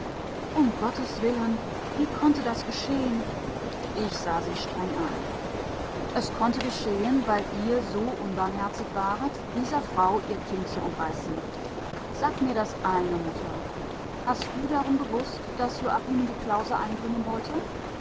um gottes willen wie konnte das geschehen ich sah sie streng an es konnte geschehen weil ihr so unbarmherzig waret dieser frau ihr kind zu entreißen sag mir das eine mutter hast du darum gewußt daß joachim in die klause eindringen wollte